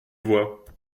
voit